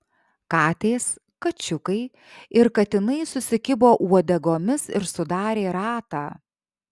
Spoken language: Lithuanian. katės kačiukai ir katinai susikibo uodegomis ir sudarė ratą